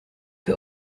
wie